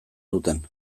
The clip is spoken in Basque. duten